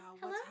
hello